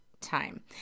time